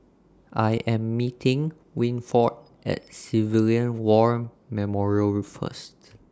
I Am meeting Winford At Civilian War Memorial First